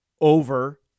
over